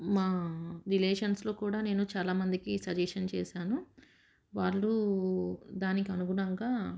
మా రిలేషన్స్లో కూడా నేను చాలామందికి సజెషన్ చేశాను వాళ్ళు దానికి అనుగుణంగా